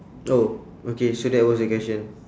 oh okay so that was the question